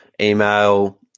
email